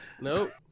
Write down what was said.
Nope